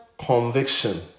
conviction